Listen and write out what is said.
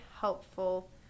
helpful